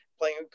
playing